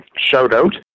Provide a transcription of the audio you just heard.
shout-out